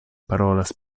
parolas